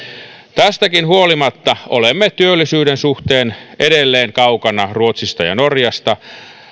tästäkin huolimatta olemme työllisyyden suhteen edelleen kaukana ruotsista ja norjasta